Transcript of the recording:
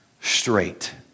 straight